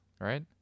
right